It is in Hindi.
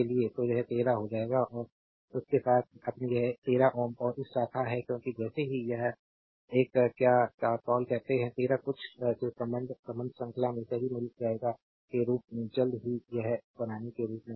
तो यह 13 हो जाएगा और उसके साथ अपने यह 13Ω और इस शाखा है क्योंकि जैसे ही यह एक क्या स्टार कॉल करते हैं 13 कुछ के साथ संबंध श्रृंखला में सही मिल जाएगा के रूप में जल्द ही यह बनाने के रूप में पता है